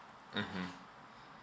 mmhmm